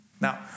Now